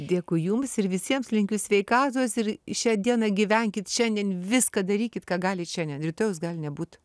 dėkui jums ir visiems linkiu sveikatos ir į šią dieną gyvenkit šiandien viską darykit ką galit šiandien rytojaus gali nebūt